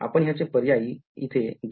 आपण ह्याचे पर्यायी इथे घेऊ